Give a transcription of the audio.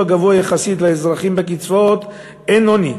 גבוה יחסית לאזרחים בקצבאות אין עוני,